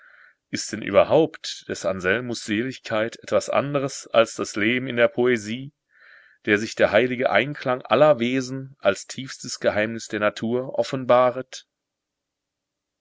ist denn überhaupt des anselmus seligkeit etwas anderes als das leben in der poesie der sich der heilige einklang aller wesen als tiefstes geheimnis der natur offenbaret